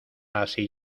así